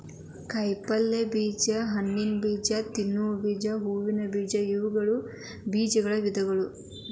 ಕಾಯಿಪಲ್ಯ ಬೇಜ, ಹಣ್ಣಿನಬೇಜ, ತಿನ್ನುವ ಬೇಜ, ಹೂವಿನ ಬೇಜ ಇವುಗಳು ಬೇಜದ ವಿಧಗಳು